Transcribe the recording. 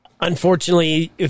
Unfortunately